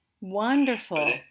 wonderful